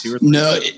no